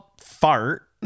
Fart